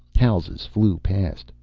houses flew past.